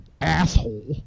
asshole